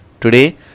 Today